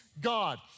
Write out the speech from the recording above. God